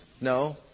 No